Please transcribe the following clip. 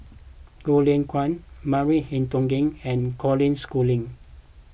Goh Lay Kuan Maria Hertogh and Colin Schooling